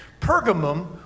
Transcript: Pergamum